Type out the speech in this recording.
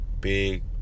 big